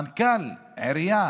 מנכ"ל עירייה